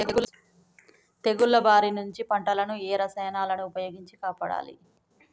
తెగుళ్ల బారి నుంచి పంటలను ఏ రసాయనాలను ఉపయోగించి కాపాడాలి?